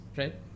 right